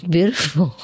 Beautiful